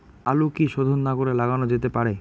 আলু কি শোধন না করে লাগানো যেতে পারে?